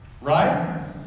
Right